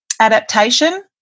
adaptation